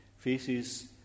Faces